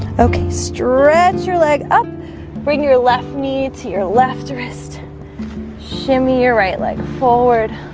okay, stretch your leg up bring your left knee to your left wrist shimmy your right leg forward